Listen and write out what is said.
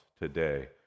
today